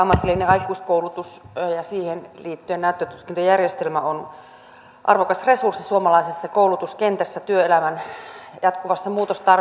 ammatillinen aikuiskoulutus ja siihen liittyen näyttötutkintojärjestelmä on arvokas resurssi suomalaisessa koulutuskentässä työelämän jatkuvassa muutoksessa